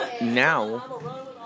Now